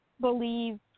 believe